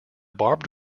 barbed